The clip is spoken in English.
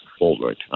Forward